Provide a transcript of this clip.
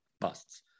busts